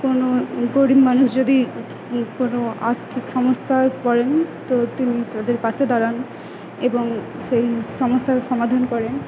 কোনো গরীব মানুষ যদি কোনো আর্থিক সমস্যায় পড়েন তো তিনি তাদের পাশে দাঁড়ান এবং সেই সমস্যার সমাধান করেন